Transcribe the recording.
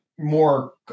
More